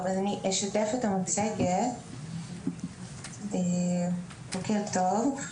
בוקר טוב.